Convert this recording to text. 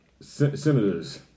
Senators